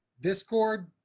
Discord